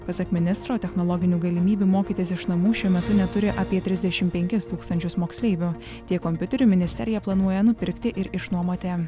pasak ministro technologinių galimybių mokytis iš namų šiuo metu neturi apie trisdešim penkis tūkstančius moksleivių tiek kompiuterių ministerija planuoja nupirkti ir išnuomoti